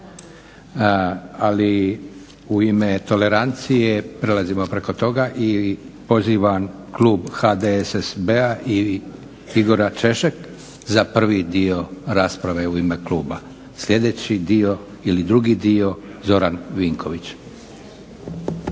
Ali u ime tolerancije prelazimo preko toga i pozivam klub HDSSB-a i Igora Češeka za prvi dio rasprave u ime kluba. Sljedeći dio ili drugi dio Zoran Vinković.